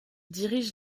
dirige